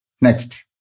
Next